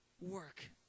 work